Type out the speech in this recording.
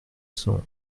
cent